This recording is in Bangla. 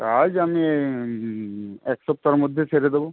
কাজ আমি এক সপ্তাহর মধ্যে সেরে দোবো